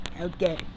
Okay